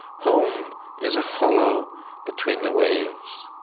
home is a hollow between the waves,